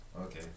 Okay